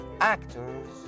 actors